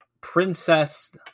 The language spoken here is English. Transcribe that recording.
princess